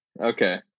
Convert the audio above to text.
Okay